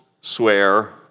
swear